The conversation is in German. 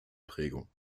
prägung